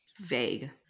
Vague